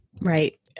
Right